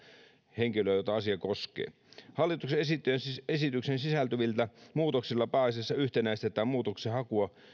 henkilöä jota asia koskee hallituksen esitykseen sisältyvillä muutoksilla pääasiassa yhtenäistetään muutoksenhakua